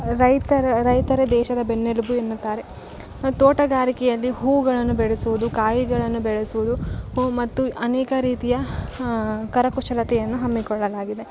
ರೈತರ ರೈತರೆ ದೇಶದ ಬೆನ್ನೆಲುಬು ಎನ್ನುತ್ತಾರೆ ತೋಟಗಾರಿಕೆಯಲ್ಲಿ ಹೂವುಗಳನ್ನು ಬೆಳೆಸುವುದು ಕಾಯಿಗಳನ್ನು ಬೆಳೆಸುವುದು ಮತ್ತು ಅನೇಕ ರೀತಿಯ ಕರಕುಶಲತೆಯನ್ನು ಹಮ್ಮಿಕೊಳ್ಳಲಾಗಿದೆ